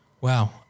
Wow